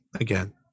again